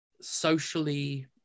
socially